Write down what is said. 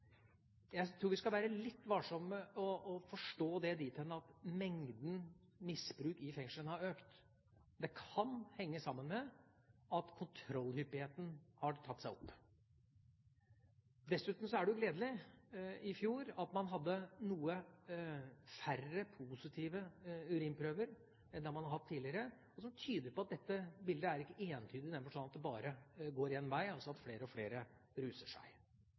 Jeg tror vi skal være litt varsomme med å forstå det dit hen at misbruket i fengslene har økt. Det kan henge sammen med at kontrollhyppigheten har tatt seg opp. Dessuten er det gledelig at man i fjor hadde noen færre positive urinprøver enn man har hatt tidligere, noe som tyder på at dette bildet ikke er entydig, i den forstand at det bare går én vei, at flere og flere ruser seg.